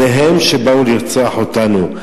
זה הם שבאו לרצוח אותנו,